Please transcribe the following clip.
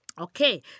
Okay